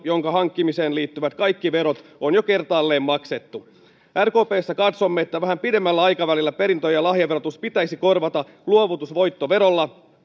jonka hankkimiseen liittyvät kaikki verot on jo kertaalleen maksettu rkpssä katsomme että vähän pidemmällä aikavälillä perintö ja lahjaverotus pitäisi korvata luovutusvoittoverolla